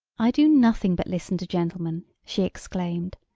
i do nothing but listen to gentlemen! she exclaimed.